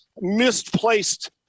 misplaced